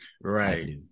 right